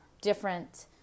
different